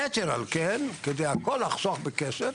יתר על כן, והכול כדי לחסוך בכסף,